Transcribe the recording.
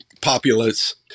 populace